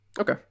okay